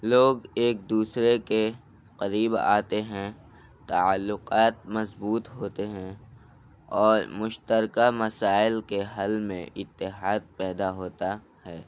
لوگ ایک دوسرے کے قریب آتے ہیں تعلقات مضبوط ہوتے ہیں اور مشترکہ مسائل کے حل میں اتحاد پیدا ہوتا ہے